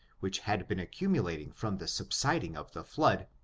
which had been accumulating from the subsiding of the flood,